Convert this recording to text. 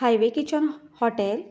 highway kitchen hotel